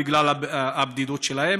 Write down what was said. בגלל הבדידות שלהם.